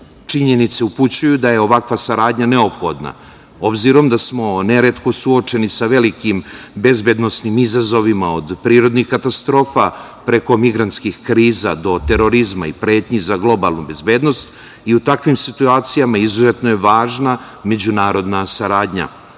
korist. Činjenice upućuju da je ovakva saradnja neophodna, obzirom da smo neretko suočeni sa velikim bezbednosnim izazovima od prirodnih katastrofa, preko migrantskih kriza, do terorizma i pretnji za globalnu bezbednost i u takvim situacijama izuzetno je važna međunarodna saradnja,